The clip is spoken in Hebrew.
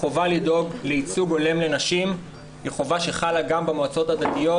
החובה לדאוג לייצוג הולם לנשים היא חובה שחלה גם במועצות הדתיות